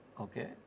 Okay